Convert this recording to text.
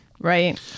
right